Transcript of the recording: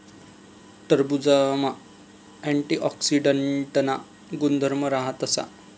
टरबुजमा अँटीऑक्सीडांटना गुणधर्म राहतस